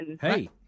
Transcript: Hey